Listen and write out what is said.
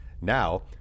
Now